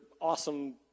awesome